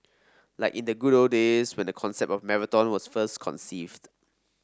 like in the good old days when the concept of marathon was first conceived